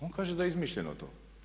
On kaže da je izmišljeno to.